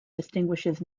distinguishes